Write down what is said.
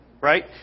Right